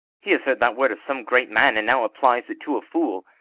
he has heard that word of some great man, and now applies it to a fool.